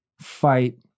fight